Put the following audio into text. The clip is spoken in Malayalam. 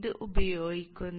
ഇത് ഉപയോഗിക്കുന്നത്